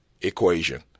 equation